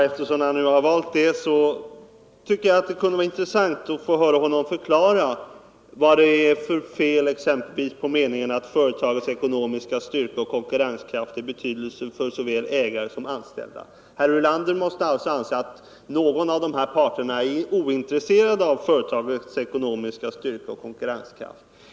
Eftersom han nu har valt det ämnet, tycker jag det kunde vara intressant att få höra honom förklara vad det är för fel exempelvis på meningen: ”Företagets ekonomiska styrka och konkurrenskraft är av betydelse för såväl ägare som anställd.” Herr Ulander måste alltså anse att någon av parterna är ointresserad av företagets ekonomiska styrka Nr 130 och konkurrenskraft.